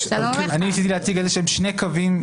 ניסיתי להציג שני קווים,